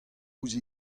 ouzh